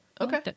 Okay